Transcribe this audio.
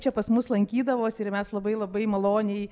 čia pas mus lankydavosi ir mes labai labai maloniai